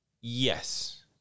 Yes